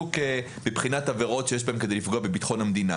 יחשבו מבחינת עבירות שיש בהן כדי לפגוע בביטחון המדינה,